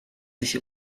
sich